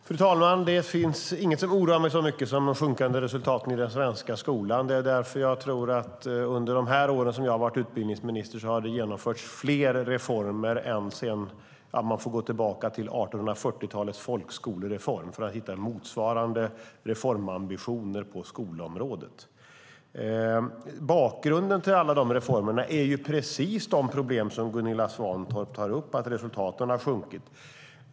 Fru talman! Det finns inget som oroar mig så mycket som de sjunkande resultaten i den svenska skolan. Det är därför det har genomförts fler reformer än någonsin under de år som jag varit utbildningsminister. Vi får gå tillbaka till 1840-talets folkskolereform för att hitta motsvarande reformambitioner på skolområdet. Bakgrunden till reformerna är precis de problem som Gunilla Svantorp tar upp, att resultaten har sjunkit.